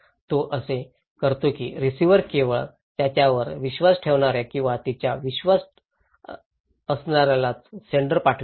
तो असे करतो की रिसिव्हर केवळ त्याच्यावर विश्वास ठेवणार्या किंवा तिचा विश्वास असल्यासच सेंडर पाठवतात